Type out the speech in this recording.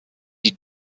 die